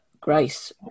Grace